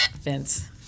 Vince